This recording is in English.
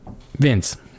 Vince